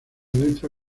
letra